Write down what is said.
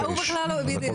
הכול בסדר.